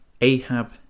Ahab